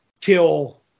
kill